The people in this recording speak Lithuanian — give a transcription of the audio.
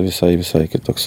visai visai kitoksai